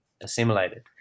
assimilated